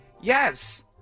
yes